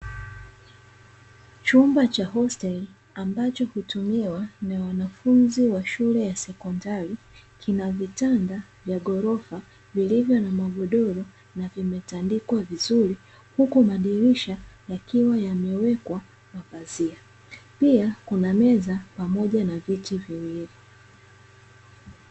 Chumba cha hosteli ambacho hutumiwa na wanafunzi wa shule ya sekondari kina vitanda vya ghorofa, vilivyo na magodoro na vimetandikwa vizuri. Huku madirisha yakiwa yamewekwa mapazia, pia kuna meza na viti viwili.